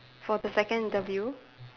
for the second interview